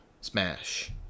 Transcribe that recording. Smash